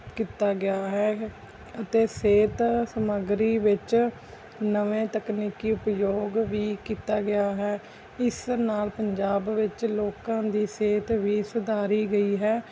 ਕੀਤਾ ਗਿਆ ਹੈ ਅਤੇ ਸਿਹਤ ਸਮੱਗਰੀ ਵਿੱਚ ਨਵਾਂ ਤਕਨੀਕੀ ਉਪਯੋਗ ਵੀ ਕੀਤਾ ਗਿਆ ਹੈ ਇਸ ਨਾਲ ਪੰਜਾਬ ਵਿੱਚ ਲੋਕਾਂ ਦੀ ਸਿਹਤ ਵੀ ਸੁਧਾਰੀ ਗਈ ਹੈ